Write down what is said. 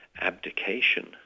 abdication